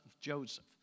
Joseph